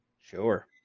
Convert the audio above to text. Sure